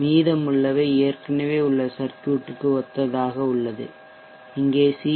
மீதமுள்ளவை ஏற்கனவே உள்ள சர்க்யூட்க்கு ஒத்ததாக உள்ளது இங்கே சி